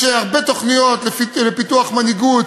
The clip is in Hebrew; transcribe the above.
יש הרבה תוכניות לפיתוח מנהיגות,